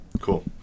Cool